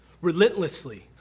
Relentlessly